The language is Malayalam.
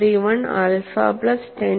231 ആൽഫ പ്ലസ് 10